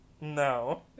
No